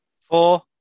Four